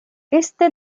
este